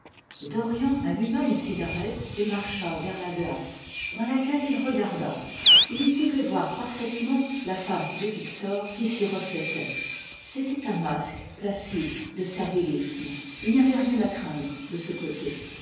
dorian alluma une cigarette et marcha vers la glace dans laquelle il regarda il y pouvait voir parfaitement la face de victor qui s'y reflétait c'était un masque placide de servilisme il ny avait rien à craindre de ce côté